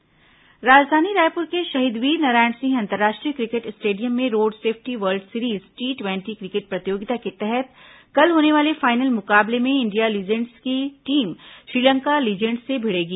खेल समाचार राजधानी रायपुर के शहीद वीरनारायण सिंह अंतर्राष्ट्रीय क्रिकेट स्टेडियम में road safety world series T ट्वेटी क्रिकेट प्रतियोगिता के तहत कल होने वाले फाइनल मुकाबले में इंडिया लीजेंड्स की टीम श्रीलंका लीजेंड्स से भिड़ेगी